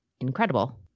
incredible